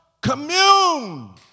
commune